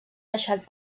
deixat